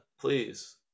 please